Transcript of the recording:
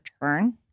return